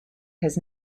has